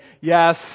yes